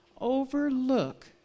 overlook